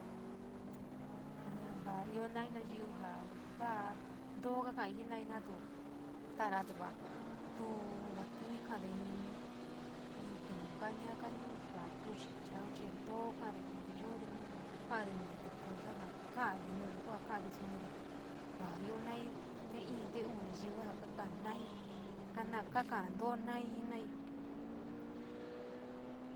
vaa io nai naiyu ja va, ntoo kakai jenai natu taara te va tuo va tuo kaa de yuu kaana, kaanu chi watochi chaunei too kaade koonte yo te nu kaade noyo te sooji jo kaade noyo ja kaades sont te va´a io mai te in, te uu nayu kaka nai, kaka toonai jenai.